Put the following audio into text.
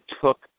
took